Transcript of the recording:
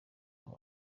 aba